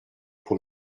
pour